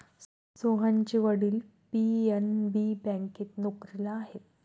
सोहनचे वडील पी.एन.बी बँकेत नोकरीला आहेत